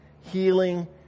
healing